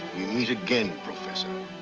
meet again, professor.